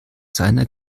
seiner